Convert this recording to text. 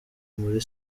muri